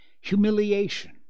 humiliation